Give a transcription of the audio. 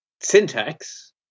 syntax